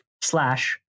slash